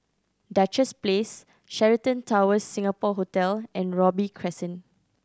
Duchess Place Sheraton Towers Singapore Hotel and Robey Crescent